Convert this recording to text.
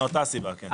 מאותה סיבה, כן.